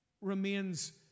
remains